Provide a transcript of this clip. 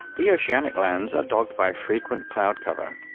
the oceanic lands are dogged by frequent cloud cover,